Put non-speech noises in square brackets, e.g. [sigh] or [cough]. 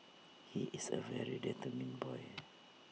he is A very determined boy [noise]